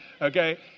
okay